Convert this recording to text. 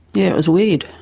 yeah it was weird.